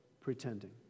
pretending